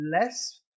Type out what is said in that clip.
less